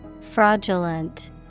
Fraudulent